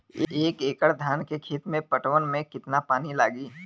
एक एकड़ धान के खेत के पटवन मे कितना पानी लागि?